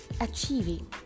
achieving